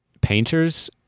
painters